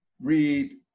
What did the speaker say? read